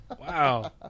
Wow